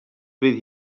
fydd